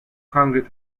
hundred